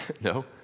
No